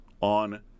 on